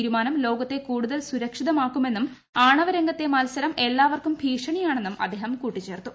തീരുമാനം ലോകത്തെ കൂടുതൽ സുരക്ഷിതമാക്കുമെന്നും ആണവരംഗത്തെ മത്സരം എല്ലാവർക്കും ഭീഷണിയാണെന്നും അദ്ദേഹം കൂട്ടിച്ചേർത്തു